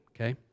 okay